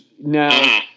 Now